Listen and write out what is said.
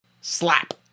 Slap